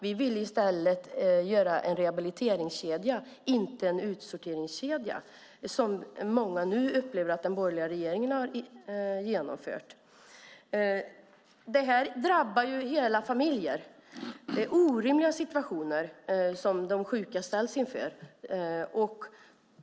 Vi ville i stället göra en rehabiliteringskedja, inte en utsorteringskedja, som många nu upplever att den borgerliga regeringen har genomfört. Det här drabbar hela familjer när de sjuka ställs i orimliga situationer.